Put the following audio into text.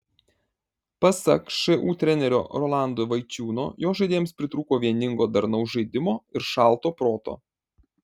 pasak šu trenerio rolando vaičiūno jo žaidėjams pritrūko vieningo darnaus žaidimo ir šalto proto